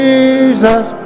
Jesus